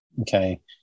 Okay